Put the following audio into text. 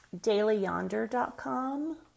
DailyYonder.com